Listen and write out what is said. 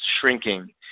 shrinking